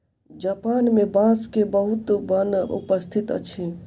Japan मे बांस के बहुत वन उपस्थित अछि